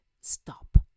stop